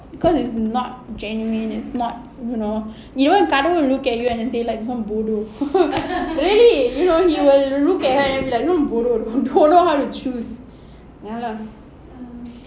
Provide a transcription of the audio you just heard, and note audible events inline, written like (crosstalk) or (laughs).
because it's not genuine it's not you know even கடவுள்:kadavul will look at you and then say like this one bodoh (laughs) really you know he will look at her and then like this [one] bodoh don't know how to choose ya lah